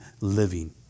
living